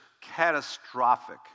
catastrophic